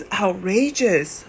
outrageous